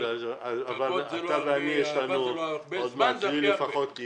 אבל לי יהיה עוד מעט זמן לעשות